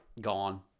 gone